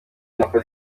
wakoze